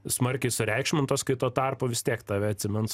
smarkiai sureikšmintos kai tuo tarpu vis tiek tave atsimins